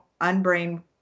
unbrain